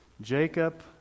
Jacob